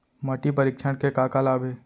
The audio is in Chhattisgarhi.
माटी परीक्षण के का का लाभ हे?